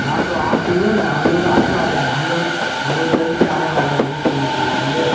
हाँ तऽ अहाँ सुनिऔ ने हमलोग आने वाले है हमलोग हमलोग जल्द ही आने वाले है विजिट करनेके लिए समझे